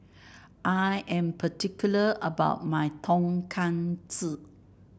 I am particular about my Tonkatsu